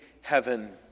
heaven